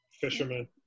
Fisherman